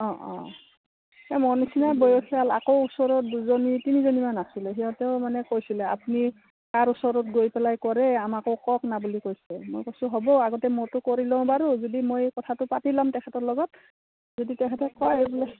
অঁ অঁ এই মোৰ নিচিনা বয়সীয়াল আকৌ ওচৰত দুজনী তিনিজনীমান আছিলে সিহঁতেও মানে কৈছিলে আপুনি তাৰ ওচৰত গৈ পেলাই কৰে আমাকো কওক না বুলি কৈছে মই কৈছোঁ হ'ব আগতে মোৰতো কৰি লওঁ বাৰু যদি মই কথাটো পাতি লম তেখেতৰ লগত যদি তেখেতে কয় এই বোলে